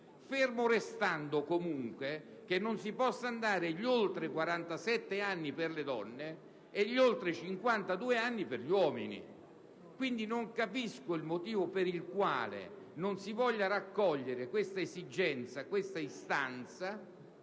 fermo restando comunque che non si possa andare oltre i 47 anni per le donne e oltre i 52 anni per gli uomini. Non capisco il motivo per il quale non si voglia raccogliere questa esigenza, questa istanza